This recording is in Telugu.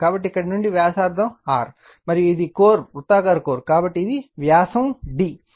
కాబట్టి ఇక్కడ నుండి వ్యాసార్థం R మరియు ఇది కోర్ వృత్తాకార కోర్ కాబట్టి ఇది వ్యాసం d